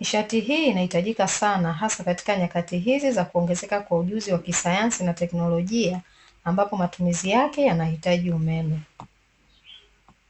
Nishati hii inahitajika sana hasa katika nyakati hizi za kuongezeka kwa ujuzi wa kisayansi na teknolojia ambapo matumizi yake yanahitaji umeme.